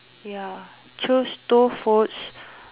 ya choose two foods